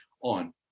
on